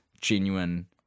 genuine